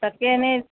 তাকে এনেই